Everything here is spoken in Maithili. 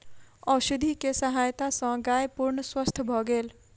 औषधि के सहायता सॅ गाय पूर्ण स्वस्थ भ गेल